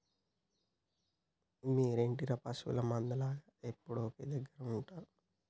మీరేంటిర పశువుల మంద లాగ ఎప్పుడు ఒకే దెగ్గర ఉంటరు